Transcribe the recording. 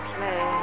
Play